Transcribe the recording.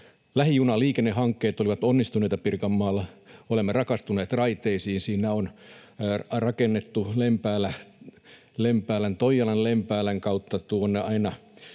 lähijunaliikennehankkeet olivat onnistuneita Pirkanmaalla. Olemme rakastuneet raiteisiin. Siinä on rakennettu Toijalan—Lempäälän kautta aina